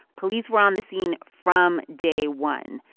police were on the scene from day one.